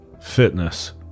fitness